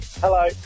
Hello